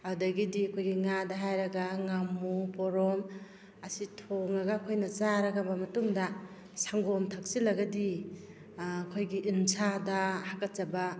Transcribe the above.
ꯑꯗꯨꯗꯒꯤꯗꯤ ꯑꯩꯈꯣꯏꯒꯤ ꯉꯥꯗ ꯍꯥꯏꯔꯒ ꯉꯥꯃꯨ ꯄꯣꯔꯣꯝ ꯑꯁꯤ ꯊꯣꯡꯉꯒ ꯑꯩꯈꯣꯏꯅ ꯆꯥꯈꯔꯕ ꯃꯇꯨꯡꯗ ꯁꯪꯒꯣꯝ ꯊꯛꯆꯤꯜꯂꯒꯗꯤ ꯑꯩꯈꯣꯏꯒꯤ ꯎꯟꯁꯥꯗ ꯍꯥꯀꯠꯆꯕ